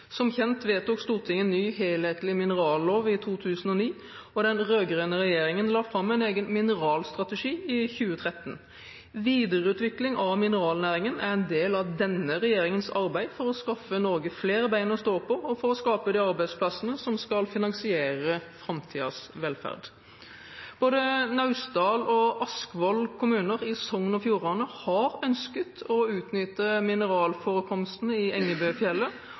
Som kjent vedtok Stortinget en ny helhetlig minerallov i 2009, og den rød-grønne regjeringen la fram en egen mineralstrategi i 2013. Videreutvikling av mineralnæringen er en del av denne regjeringens arbeid for å skaffe Norge flere bein å stå på og for å skape de arbeidsplassene som skal finansiere framtidens velferd. Både Naustdal og Askvoll kommuner i Sogn og Fjordane har ønsket å utnytte mineralforekomstene i Engebøfjellet